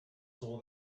saw